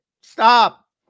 Stop